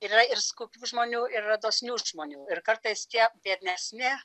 yra ir skurdžių žmonių yra dosnių žmonių ir kartais tie biednesni